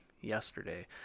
yesterday